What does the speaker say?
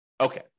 Okay